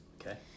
okay